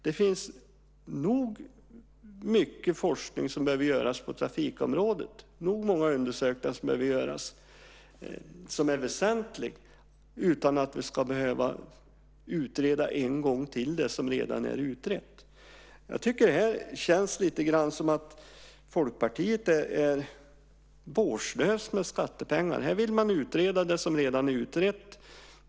Det finns tillräckligt mycket forskning som behöver göras på trafikområdet, tillräckligt många undersökningar som behöver göras, som är väsentliga utan att det som redan är utrett ska behöva utredas en gång till. Det känns lite grann som om Folkpartiet är vårdslöst med skattepengar. Man vill utreda det som redan är utrett.